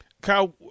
Kyle